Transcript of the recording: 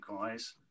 guys